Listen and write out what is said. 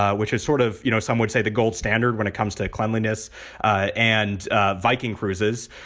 ah which has sort of, you know, some would say the gold standard when it comes to cleanliness ah and viking cruises.